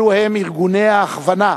אלו ארגוני ההכוונה,